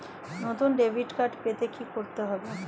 নতুন debit card পেতে কী করতে হবে?